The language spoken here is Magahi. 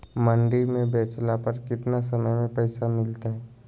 मंडी में बेचला पर कितना समय में पैसा मिलतैय?